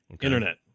Internet